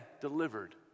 delivered